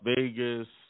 Vegas